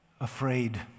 afraid